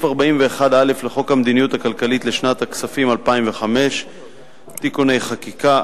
41(א) לחוק המדיניות הכלכלית לשנת הכספים 2005 (תיקוני חקיקה),